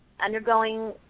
undergoing